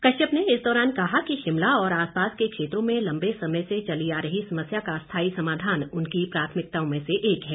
कश्यप ने इस दौरान कहा कि शिमला और आसपास के क्षेत्रों में लंबे समय से चली आ रही समस्या का स्थाई समाधान उनकी प्राथमिकताओं में से एक है